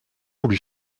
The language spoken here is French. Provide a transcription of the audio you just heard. voulu